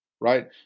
right